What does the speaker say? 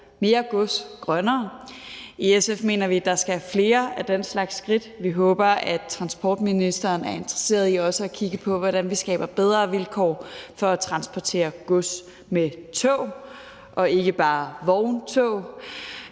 mere gods grønnere. I SF mener vi, at der skal være flere af den slags skridt. Vi håber også, at transportministeren er interesseret i at kigge på, hvordan vi skaber bedre vilkår for at transportere gods med tog og ikke bare med vogntog,